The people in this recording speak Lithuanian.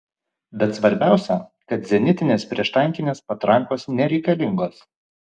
bet svarbiausia kad zenitinės prieštankinės patrankos nereikalingos